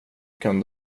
kan